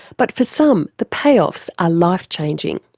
but for some the payoffs are life-changing,